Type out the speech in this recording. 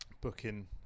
Booking